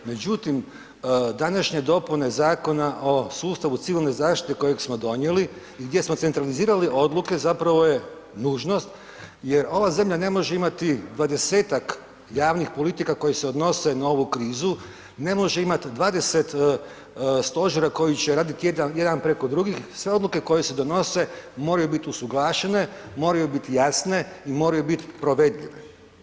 Međutim, današnje dopune zakona o sustavu civilne zaštite kojeg smo donjeli i gdje smo centralizirali odluke zapravo je nužnost jer ova zemlja ne može imati 20-tak javnih politika koje se odnose na ovu krizu, ne može imat 20 stožera koji će radit jedan preko drugih, sve odluke koje se donese moraju bit usuglašene, moraju biti jasne i moraju bit provedljive.